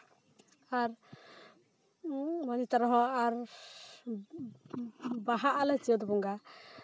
ᱟᱨ ᱱᱮᱛᱟᱨ ᱦᱚᱸ ᱟᱨ ᱵᱟᱦᱟᱜ ᱟᱞᱮ ᱪᱟᱹᱛ ᱵᱚᱸᱜᱟ